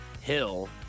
Hill